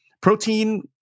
protein